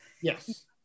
Yes